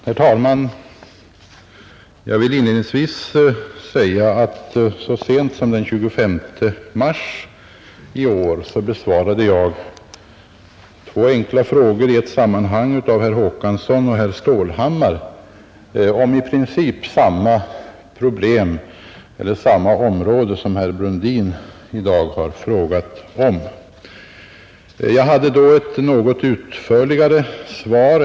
Herr talman! Jag vill inledningsvis säga att jag så sent som den 25 mars i år besvarade två enkla frågor i ett sammanhang, av herr Håkansson och herr Stålhammar, om i princip samma område som herr Brundin i dag har frågat om.